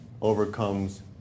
overcomes